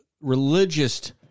religious